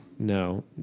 No